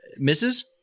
Mrs